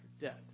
debt